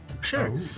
Sure